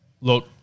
Look